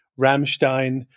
Rammstein